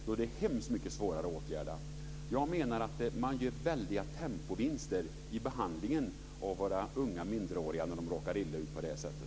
Då är det mycket svårare att åtgärda det. Jag menar att man gör väldiga tempovinster i behandlingen av våra unga och minderåriga när de råkar illa ut på det här sättet.